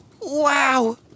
Wow